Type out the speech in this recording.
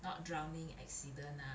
not drowning accident ah